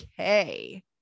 Okay